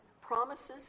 promises